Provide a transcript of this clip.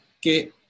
que